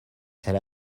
elle